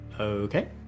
Okay